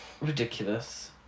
ridiculous